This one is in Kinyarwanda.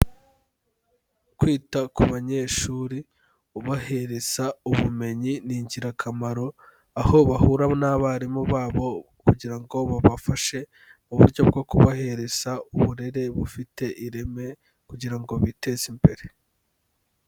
Kwita ku banyeshuri ubahereza ubumenyi ni ingirakamaro, aho bahura n'abarimu babo kugira ngo babafashe uburyo bwo kubahereza uburere bufite ireme kugira ngo biteze imbere.